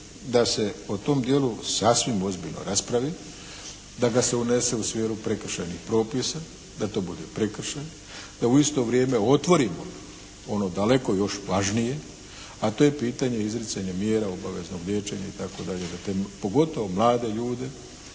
da se o tom dijelu sasvim ozbiljno raspravi, da ga se unese u sferu prekršajnih propisa da to bude prekršaj. Da u isto vrijeme otvorimo ono daleko još važnije, a to je pitanje izricanje mjera obaveznog liječenja itd. da te pogotovo mlade ljude